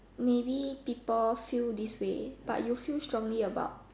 maybe people feel this way but you feel strongly about